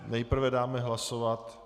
Nejprve dám hlasovat...